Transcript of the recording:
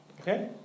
Okay